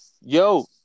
Yo